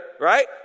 right